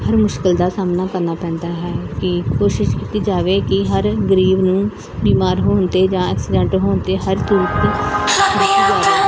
ਹਰ ਮੁਸ਼ਕਿਲ ਦਾ ਸਾਹਮਣਾ ਕਰਨਾ ਪੈਂਦਾ ਹੈ ਕਿ ਕੋਸ਼ਿਸ਼ ਕੀਤੀ ਜਾਵੇ ਕਿ ਹਰ ਗਰੀਬ ਨੂੰ ਬਿਮਾਰ ਹੋਣ 'ਤੇ ਜਾਂ ਐਕਸੀਡੈਂਟ ਹੋਣ 'ਤੇ ਹਰ